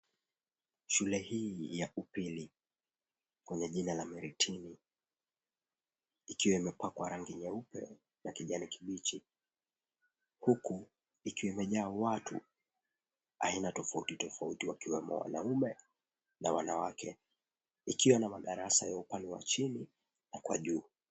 Shule hii ya upili lenye jina la mlitini ikiwa imepakwa rangi nyeupe na kijani kibichi huku ikiwa imejaa watu aina tofauti tofauti wakiwemo wanaume na wanawake. Ikiwa ina madarasa ya upande wa chini na wa juu.